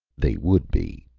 they would be,